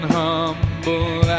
humble